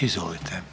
Izvolite.